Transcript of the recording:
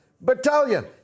battalion